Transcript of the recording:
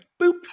Boop